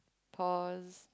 pause